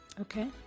Okay